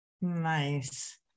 Nice